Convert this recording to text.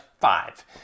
five